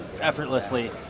effortlessly